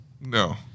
No